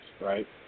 right